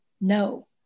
No